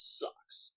sucks